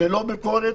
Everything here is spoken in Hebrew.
ללא ביקורת,